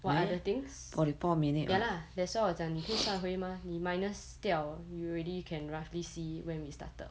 what other things ya lah that's why 我讲你可以算回 mah 你 minus 掉 you already can roughly see when we started